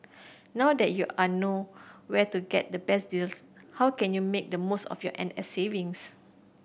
now that you are know where to get the best deals how can you make the most of your N S savings